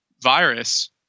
virus